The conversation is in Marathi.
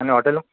आणि हॉटेल